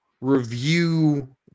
review